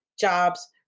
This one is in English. jobs